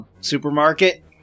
supermarket